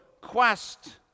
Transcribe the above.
quest